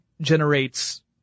generates